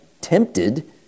tempted